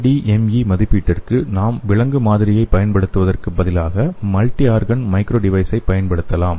ADME மதிப்பீட்டிற்கு நாம் விலங்கு மாதிரியைப் பயன்படுத்துவதற்குப் பதிலாக மல்டிஆர்கன் மைக்ரோ டிவைஸைப் பயன்படுத்தலாம்